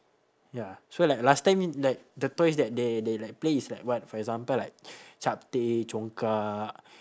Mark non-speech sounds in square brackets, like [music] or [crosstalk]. ya so like last time [noise] like the toys that they they like play is like what for example like [breath] chapteh congkak